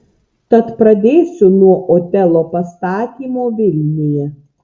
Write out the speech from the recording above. tad pradėsiu nuo otelo pastatymo vilniuje